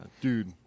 Dude